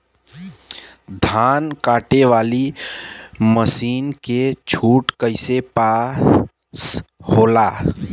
धान कांटेवाली मासिन के छूट कईसे पास होला?